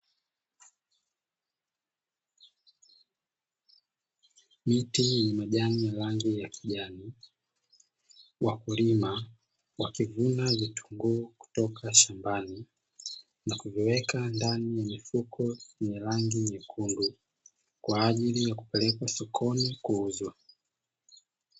Miti yenye majani ya rangi ya kijani; wakulima wakivuna vitunguu kutoka shambani na kuviweka ndani ya mifuko yenye rangi nyekundu kwa ajili ya kupelekwa sokoni kuuzwa.